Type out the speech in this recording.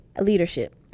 leadership